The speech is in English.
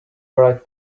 right